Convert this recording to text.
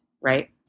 right